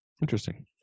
Interesting